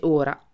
ora